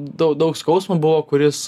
dau daug skausmo buvo kuris